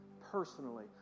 personally